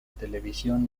televisión